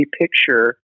picture